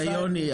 יוני,